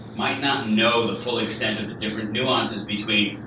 might not know the full extent of the different nuances between,